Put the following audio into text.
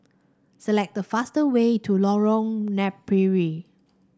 select the fast way to Lorong Napiri